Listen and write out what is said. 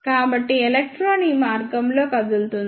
కాబట్టి ఎలక్ట్రాన్ ఈ మార్గంలో కదులుతుంది